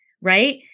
Right